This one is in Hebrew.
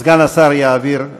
סגן השר יעביר.